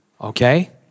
Okay